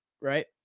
Right